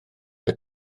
the